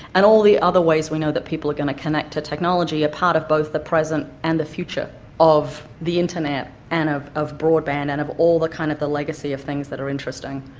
and all the other ways we know that people are going to connect to technology are part of both the present and the future of the internet and of of broadband and of all the kind of the legacy of things that are interesting.